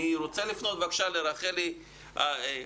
אני רוצה לפנות לרחלי אברמזון,